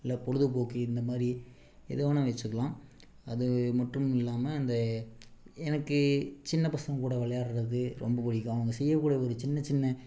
இல்லை பொழுதுபோக்கு இந்தமாதிரி எது வேணா வச்சுக்கலாம் அது மட்டும் இல்லாமல் இந்த எனக்கு சின்ன பசங்க கூட விளையாடுறது ரொம்ப பிடிக்கும் அவங்க செய்ய கூடிய ஒரு சின்ன சின்ன